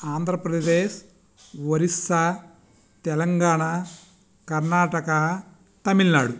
Andhra Pradesh Odisha Telangana Karnataka Tamil Nadu